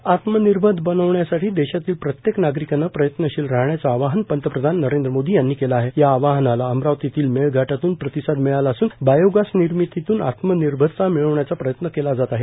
भारत आत्मनिर्भर बनवण्यासाठी देशातील प्रत्येक नागरिकाने प्रयत्नशील राहण्याचे आवाहन पंतप्रधान नरेंद्र मोदी यांनी केले आहे या आवाहनाला अमरावतीतील मेळघाटातून प्रतिसाद मिळाला असून बायोगॅस निर्मितीतून आत्मनिर्भरता मिळवण्याचा प्रयत्न केला जात आहे